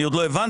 עוד לא הבנתי,